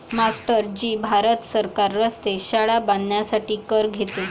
master ji Bharat सरकार रस्ते, शाळा बांधण्यासाठी कर घेते